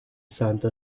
santa